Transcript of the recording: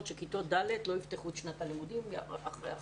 שכיתות ד' לא יפתחו את שנת הלימודים אלא אחרי החגים.